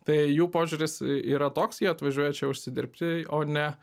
tai jų požiūris yra toks jie atvažiuoja čia užsidirbti o ne